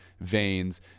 veins